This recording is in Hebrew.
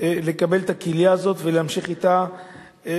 לקבל את הכליה הזאת ולהמשיך את חייו,